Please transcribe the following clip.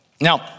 Now